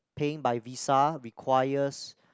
paying by visa requires